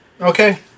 Okay